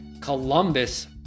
Columbus